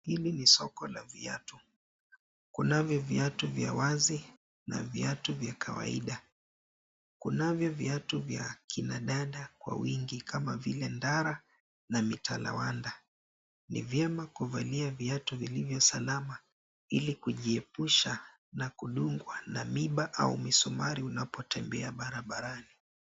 Hili ni soko la viatu, kunavyo viatu vya wazi na viatu vya kawaida, kunavyo viatu vya kina dada kwa wingi kama vile ndara na mitalawanda. Ni vyema kuvalia viatu vilivyo salama ili kujiepusha na kudungwa na miba au misumari unapotembea barabarani.